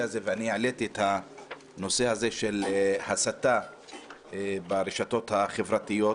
הזה ואני העליתי את הנושא של הסתה ברשתות החברתיות,